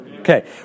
Okay